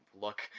look –